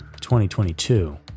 2022